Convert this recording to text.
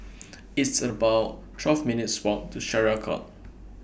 It's about twelve minutes' Walk to Syariah Court